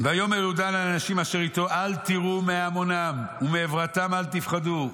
"ויאמר יהודה לאנשים אשר איתו אל תיראו מהמונם ומעברתם אל פחדו.